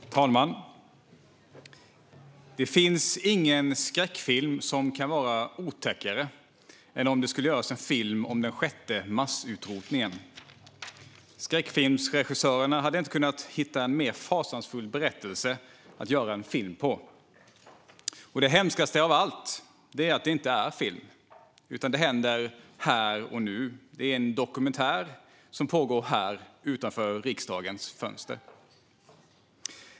Fru talman! Det finns ingen skräckfilm som kan vara otäckare än om det skulle göras en film om den sjätte massutrotningen. Skräckfilmsregissörerna hade inte kunnat hitta en mer fasansfull berättelse att göra en film av. Det hemskaste av allt är att det här inte är film, utan det händer här och nu. Det är en dokumentär som pågår utanför riksdagens fönster.